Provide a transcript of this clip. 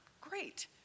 great